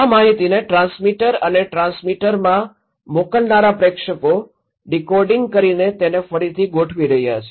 આ માહિતીને ટ્રાન્સમીટર અને ટ્રાન્સમીટરમાં મોકલનારા પ્રેષકો ડીકોડિંગ કરીને તેને ફરીથી ગોઠવી રહ્યા છે